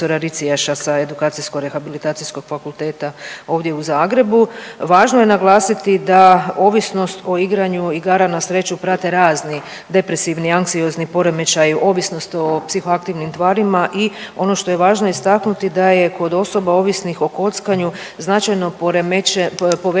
Ricijaša sa Edukacijsko-rehabilitacijskog fakulteta ovdje u Zagrebu. Važno je naglasiti da ovisnost o igranju igara na sreću prate razni depresivni anksiozni poremećaji, ovisnost o psihoaktivnim tvarima i ono što je važno istaknuti da je kod osoba ovisnih o kockanju značajno poremećen,